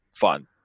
fun